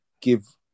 give